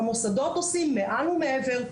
המוסדות עושים מעל ומעבר.